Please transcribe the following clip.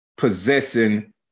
possessing